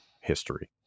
history